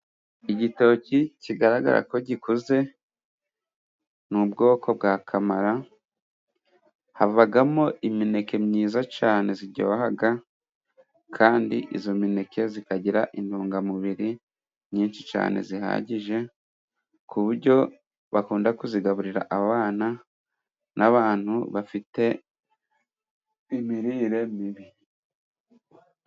Igitoki kigaragara ko gikuze. Ni ubwoko bwa kamara havamo imineke myiza cyane iryoha, kandi iyo mineke ikagira intungamubiri nyinshi cyane zihagije, ku buryo bakunda kuyigaburira abana n'abantu bafite imirire mibi.